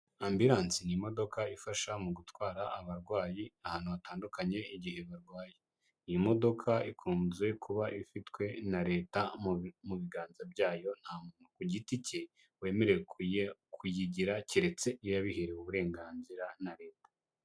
Ambulance ni imodoka ifasha mu gutwara abarwayi ahantu hatandukanye igihe barwaye. Iyi modoka ikunze kuba ifitwe na Leta mu biganza byayo, nta muntu ku giti ke wemerewe kuyigira keretse iyo yabiherewe uburenganzira na Leta.